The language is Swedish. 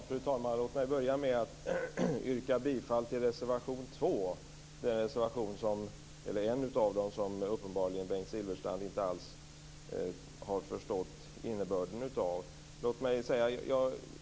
Fru talman! Låt mig börja med att yrka bifall till reservation 2, en av dem som Bengt Silfverstrand uppenbarligen inte alls har förstått innebörden av.